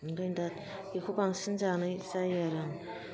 ओंखायनो दा बेखौ बांसिन जानाय आरो आं